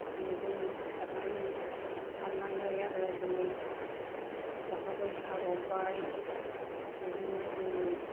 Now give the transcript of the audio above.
जेजों सारनानै सारनानै आरो जोङो खखाफोर साबावबाय बेजोंनो जोङो